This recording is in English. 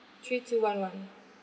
three two one one